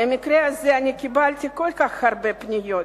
על המקרה הזה אני קיבלתי כל כך הרבה פניות,